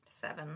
Seven